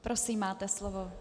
Prosím, máte slovo.